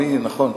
נכון.